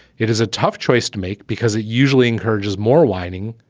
it is a tough choice to make because it usually encourages more whining,